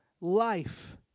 life